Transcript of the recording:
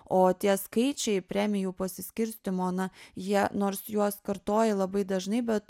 o tie skaičiai premijų pasiskirstymo na jie nors juos kartoja labai dažnai bet